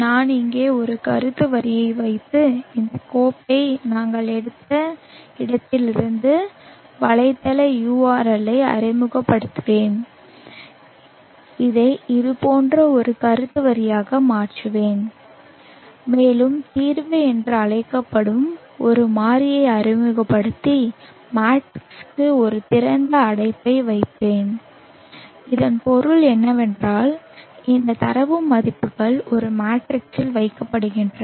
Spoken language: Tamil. நான் இங்கே ஒரு கருத்து வரியை வைத்து இந்த கோப்பை நாங்கள் எடுத்த இடத்திலிருந்து வலைத்தள URL ஐ அறிமுகப்படுத்துவேன் இதை இது போன்ற ஒரு கருத்து வரியாக மாற்றுவேன் மேலும் தீர்வு என்று அழைக்கப்படும் ஒரு மாறியை அறிமுகப்படுத்தி மேட்ரிக்ஸுக்கு ஒரு திறந்த அடைப்பை வைப்பேன் இதன் பொருள் என்னவென்றால் இந்த தரவு மதிப்புகள் ஒரு மேட்ரிக்ஸில் வைக்கப்படுகின்றன